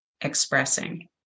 expressing